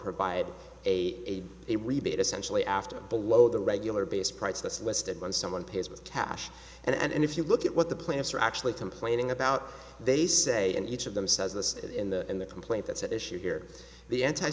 provide a a rebate essentially after below the regular base price that's listed when someone pays with cash and if you look at what the plaintiffs are actually complaining about they say and each of them says this in the in the complaint that's at issue here the anti